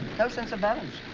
no sense of balance.